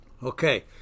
Okay